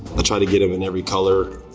i try to get em in every color,